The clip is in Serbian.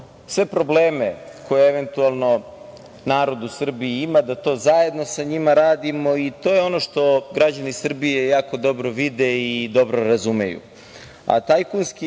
sve probleme koje eventualno narod u Srbiji ima, da to zajedno sa njima radimo. To je ono što građani Srbije jako dobro vide i dobro razumeju. Tajkunski